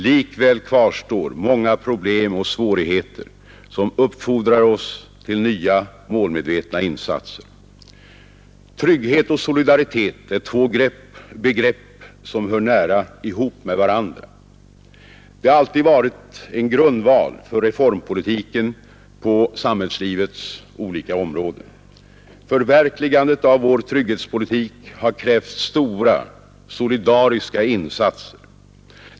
Likväl kvarstår många problem och svårigheter som uppfordrar oss till nya målmedvetna insatser. Trygghet och solidaritet är två begrepp som hör nära ihop med varandra. De har alltid varit en grundval för reformpolitiken på samhällslivets olika områden. Förverkligandet av vår trygghetspolitik har krävt stora solidariska insatser.